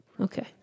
Okay